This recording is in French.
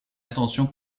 attention